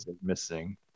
missing